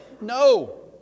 No